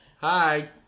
Hi